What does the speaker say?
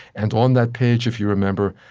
and on that page, if you remember,